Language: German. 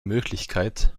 möglichkeit